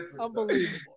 Unbelievable